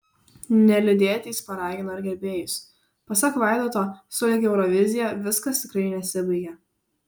neliūdėti jis paragino ir gerbėjus pasak vaidoto sulig eurovizija viskas tikrai nesibaigia